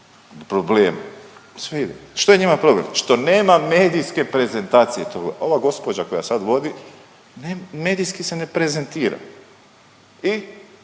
problema, sve ide. Što je njima problem? Što nema medijske prezentacije. Ova gospođa koja sad vodi medijski se ne prezentira i